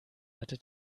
hatte